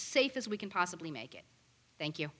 safe as we can possibly make it thank you